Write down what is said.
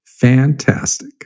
Fantastic